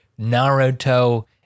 Naruto